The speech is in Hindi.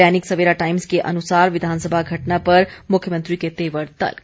दैनिक सवेरा टाइम्स के अनुसार विधानसभा घटना पर मुख्यमंत्री के तेवर तल्ख